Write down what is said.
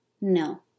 no